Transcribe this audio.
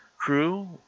crew